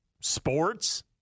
sports